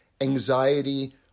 anxiety